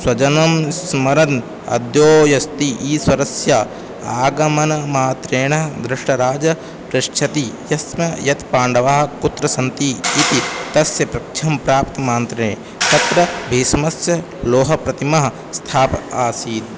स्वजनं स्मरन् अद्योयस्ति ईश्वरस्य आगमनमात्रेण दृतराष्ट्रः पृच्छति स्म यत्पाण्डवाः कुत्र सन्ति इति तस्य प्रश्नं प्राप्तमान्त्रे तत्र भीष्मस्य लोहप्रतिमः स्थापनं आसीत्